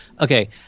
Okay